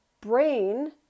brain